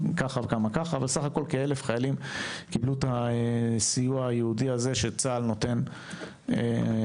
סך הכל כ-1000 חיילים קיבלו את הסיוע הייעודי הזה שצה"ל נותן מעבר.